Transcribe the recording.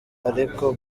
ariko